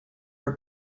were